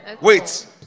wait